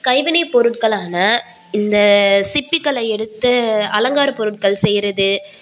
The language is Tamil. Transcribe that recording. கைவினை பொருட்களான இந்த சிப்பிகளை எடுத்து அலங்கார பொருட்கள் செய்கிறது